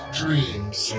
dreams